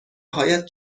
هایت